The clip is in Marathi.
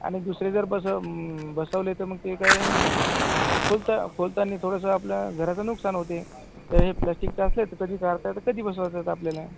आणि दुसरे जर बसव बसवले तर मग ते काय खोलतं खोलताना थोडंसं आपल्या घराचं नुकसान होते तर हे प्लॅस्टिकचे असेल तर कधी काढता येते कधीही बसवता येते आपल्याला